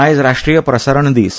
आयज राष्ट्रीय प्रसारण दिस